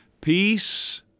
Peace